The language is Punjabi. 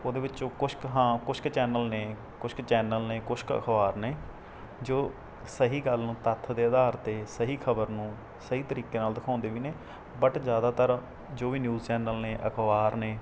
ਉਹਦੇ ਵਿੱਚੋਂ ਕੁਛ ਕੁ ਹਾਂ ਕੁਛ ਕੁ ਚੈਨਲ ਨੇ ਕੁਛ ਕੁ ਚੈਨਲ ਨੇ ਕੁਛ ਕੁ ਅਖ਼ਬਾਰ ਨੇ ਜੋ ਸਹੀ ਗੱਲ ਨੂੰ ਤੱਥ ਦੇ ਅਧਾਰ 'ਤੇ ਸਹੀ ਖਬਰ ਨੂੰ ਸਹੀ ਤਰੀਕੇ ਨਾਲ ਦਿਖਾਉਂਦੇ ਵੀ ਨੇ ਬੱਟ ਜ਼ਿਆਦਾਤਰ ਜੋ ਵੀ ਨਿਊਜ਼ ਚੈਨਲ ਨੇ ਅਖ਼ਬਾਰ ਨੇ